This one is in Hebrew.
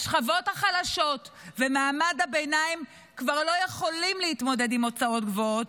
השכבות החלשות ומעמד הביניים כבר לא יכולים להתמודד עם ההוצאות הגבוהות,